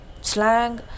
slang